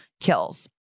kills